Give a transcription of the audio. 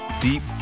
deep